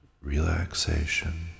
relaxation